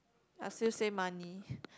I still save money